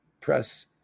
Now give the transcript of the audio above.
press